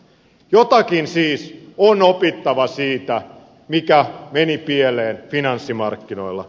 jotakin siis on opittava siitä mikä meni pieleen finanssimarkkinoilla